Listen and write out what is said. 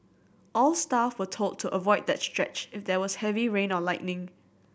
all staff were told to avoid that stretch if there was heavy rain or lightning